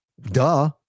Duh